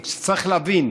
כי צריך להבין,